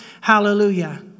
Hallelujah